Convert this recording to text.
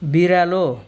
बिरालो